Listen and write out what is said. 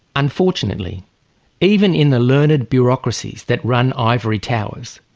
unfortunately even in the learned bureaucracies that run ivory towers,